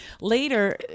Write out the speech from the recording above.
later